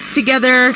together